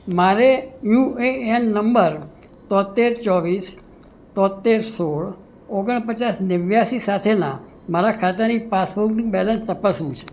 મારે U A N નંબર તોંતેર ચોવીસ તોંતેર સોળ ઓગણ પચાસ નેવ્યાશી સાથેનાં મારા ખાતાની પાસબુકનું બેલેન્સ તપાસવું છે